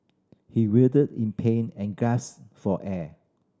he writhed in pain and gasped for air